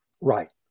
Right